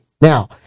Now